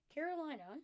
Carolina